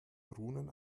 runen